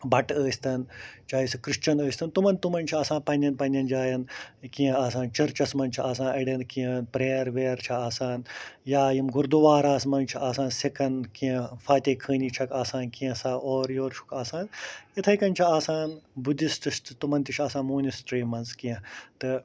بِٹہٕ ٲسۍ تَن چاہے سُہ کرسچن ٲسۍ تن تِمَن چھُ تِمَن تِمَن چھُ آسان پَنٕنٮ۪ن پَنٕنٮ۪ن جاٮ۪ن کیٚنہہ آسان چرچَس منٛز چھُ آسان اَڈٮ۪ن کیٚنہہ پریَر وِیر چھُ آسان یا یِم گُردُوارہَس منٛز چھُ آسان سِکَن کیٚنہہ فاتے خٲنہِ چھَکھ آسان کیٚنہہ اورٕ یور چھُکھ آسان تِتھٕے کٔنۍ چھُ آسان بُدِسٹٔس تہِ تِمَن تہِ چھُ آسان مونِسٹری منٛز کیٚنہہ تہٕ